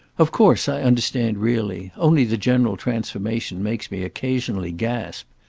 of course i understand really only the general transformation makes me occasionally gasp.